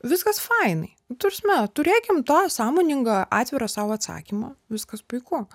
viskas fainai nu ta prasme turėkim tą sąmoningą atvirą sau atsakymą viskas puiku